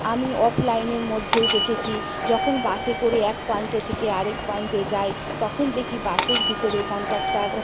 আমি অফলাইনের মধ্যেও দেখেছি যখন বাসে করে এক প্রান্ত থেকে আরেক প্রান্তে যাই তখন দেখি বাসের ভিতরে কন্ডাক্টর